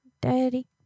daddy